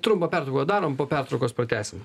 trumpą pertrauką darom po pertraukos pratęsim